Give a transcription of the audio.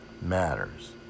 matters